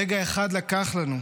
רגע אחד לקח לנו,